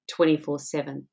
24-7